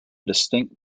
distinct